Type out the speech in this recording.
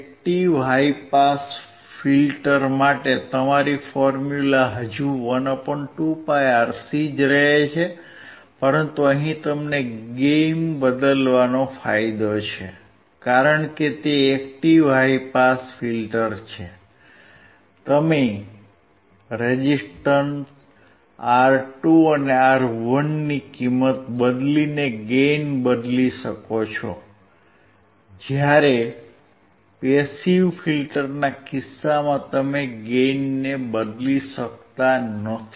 active high pass filter માટે તમારું formula હજુ 12πRC રહે છે પરંતુ અહીં તમને ગેઇનને બદલવાનો ફાયદો છે કારણ કે તે એક્ટીવ હાઇ પાસ ફિલ્ટર છે તમે રેઝિસ્ટર R2 અને R1 ની કિંમત બદલીને ગેઇન બદલી શકો છો જ્યારે પેસિવ ફિલ્ટરના કિસ્સામાં તમે ગેઇનને બદલી શકતા નથી